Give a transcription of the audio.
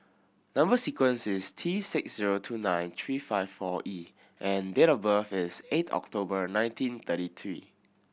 number sequence is T six zero two nine three five four E and date of birth is eighth October nineteen thirty three